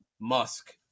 musk